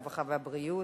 הרווחה והבריאות.